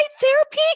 therapy